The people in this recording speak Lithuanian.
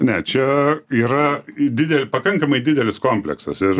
ne čia yra didel pakankamai didelis kompleksas ir